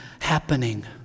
happening